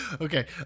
okay